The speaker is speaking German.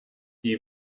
die